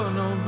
no